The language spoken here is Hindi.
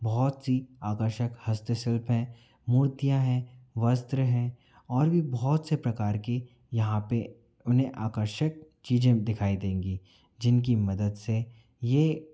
बहुत सी आकर्षक हस्तशिल्प हैं मूर्तियाँ हैं वस्त्र हैं और भी बहुत से प्रकार की यहाँ पे उन्हें आकर्षक चीज़ें दिखाई देंगी जिनकी मदद से ये